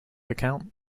account